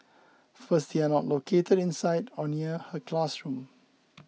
first they are not located inside or near her classroom